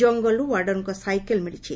ଜଙ୍ଙଲରୁ ୱାର୍ଡରଙ୍କ ସାଇକେଲ୍ ମିଳିଛି